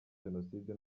jenoside